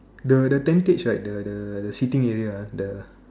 the the tentage right the the sitting area the